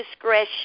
discretion